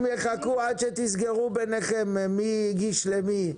יחכו עד שתסגרו ביניכם מי הגיש למי.